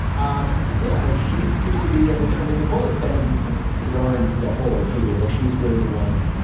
um yeah. and she seems to be i mean, i mean, nicole has been kind of growing through the whole movie like she's really the one.